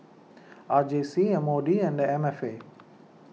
R J C M O D and M F A